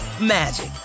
magic